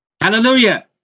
Hallelujah